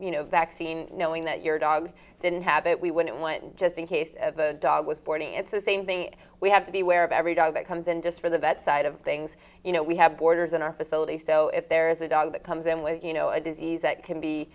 that vaccine knowing that your dog didn't have it we wouldn't want just in case the dog was boarding it's the same thing we have to be aware of every dollar that comes in just for the vet side of things you know we have borders in our facility so if there is a dog that comes in with you know a disease that can be